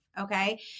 Okay